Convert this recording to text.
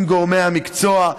עם גורמי המקצוע,